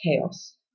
chaos